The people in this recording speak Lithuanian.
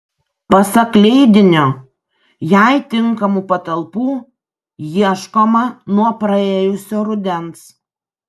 pasak leidinio jai tinkamų patalpų ieškoma nuo praėjusio rudens